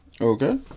Okay